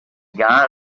got